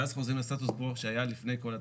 ואז חוזרים לסטטוס קוו שהיה לפני כל התהליך.